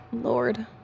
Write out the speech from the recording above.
lord